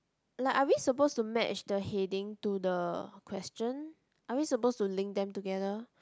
like are we supposed to match the heading to the question are we supposed to link them together